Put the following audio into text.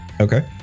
Okay